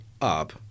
up